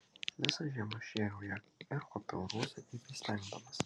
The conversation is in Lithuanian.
visą žiemą šėriau ją ir kuopiau rūsį kaip įstengdamas